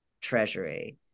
treasury